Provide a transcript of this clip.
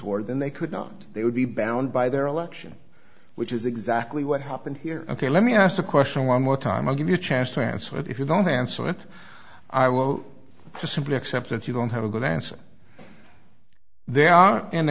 r then they could not they would be bound by their election which is exactly what happened here ok let me ask the question one more time i'll give you a chance to answer it if you don't answer it i will simply accept that you don't have a good answer there are